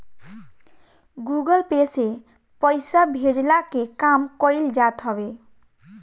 Google Pay से पईसा भेजला के काम कईल जात हवे